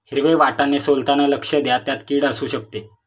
हिरवे वाटाणे सोलताना लक्ष द्या, त्यात किड असु शकते